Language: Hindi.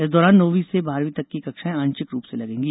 इस दौरान नौवीं से बारहवीं तक की कक्षायें आंशिक रूप से लगेंगी